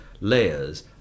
layers